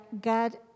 God